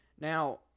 Now